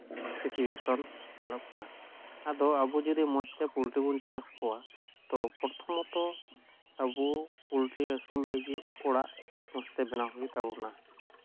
situation ᱧᱮᱞᱚᱜ ᱠᱟᱱᱟ ᱟᱫᱚ ᱟᱵᱚ ᱡᱚᱫᱤ ᱢᱚᱡᱽ ᱛᱮ ᱯᱚᱞᱴᱤ ᱵᱚᱱ ᱪᱟᱥ ᱠᱚᱣᱟ ᱛᱳ ᱯᱨᱚᱛᱷᱚᱢᱚᱛᱚ ᱟᱵᱚ ᱯᱳᱞᱴᱤ ᱟᱹᱥᱩᱞ ᱞᱟᱹᱜᱤᱫ ᱚᱲᱟᱜ ᱢᱚᱡᱽ ᱛᱮ ᱵᱮᱱᱟᱣ ᱦᱩᱭᱩᱜ ᱛᱟᱵᱳᱱᱟ